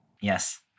Yes